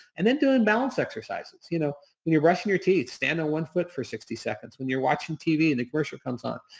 and then doing balance exercises. you know when you're brushing your teeth, stand on one foot for sixty seconds. when you're watching tv and the commercial comes on,